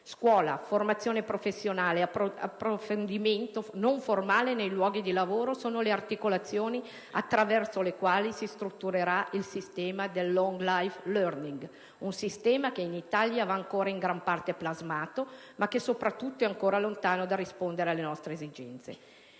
Scuola, formazione professionale ed approfondimento non formale nei luoghi di lavoro sono le articolazioni attraverso le quali si strutturerà il sistema del *long life learning*, un sistema che in Italia va ancora in gran parte plasmato e che, soprattutto, è ancora lontano dal rispondere alle nostre esigenze.